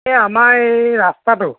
এই আমাৰ এই ৰাস্তাটো